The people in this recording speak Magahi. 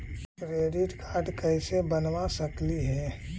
क्रेडिट कार्ड कैसे बनबा सकली हे?